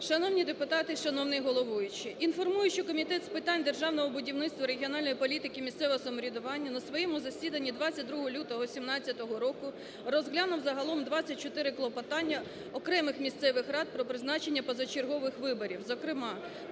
Шановні депутати, шановний головуючий! Інформую, що Комітет з питань державного будівництва, регіональної політики, місцевого самоврядування на своєму засіданні 22 лютого 2017 року розглянув загалом 24 клопотання окремих місцевих рад про призначення позачергових виборів, зокрема